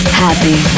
happy